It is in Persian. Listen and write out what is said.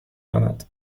آمد